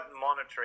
monitoring